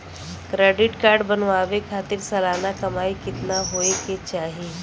Credit card बनवावे खातिर सालाना कमाई कितना होए के चाही?